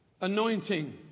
anointing